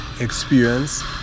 experience